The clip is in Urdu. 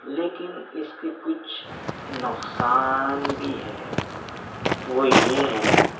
لیکن اِس کے کچھ نقصان بھی ہے وہ یہ ہیں